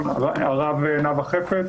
הרַבָּה נאוה חפץ.